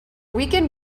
weaken